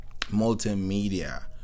multimedia